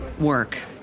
work